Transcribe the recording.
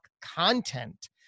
Content